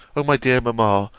o my dearest mamma,